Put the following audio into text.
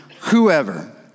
whoever